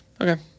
Okay